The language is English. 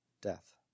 death